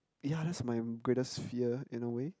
yeah that's my um greatest fear in a way